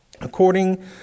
according